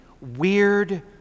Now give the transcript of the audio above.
weird